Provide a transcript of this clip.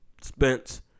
Spence